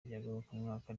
ngarukamwaka